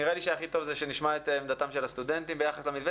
נראה לי שהטוב ביותר זה שנשמע את עמדת הסטודנטים ביחס למתווה.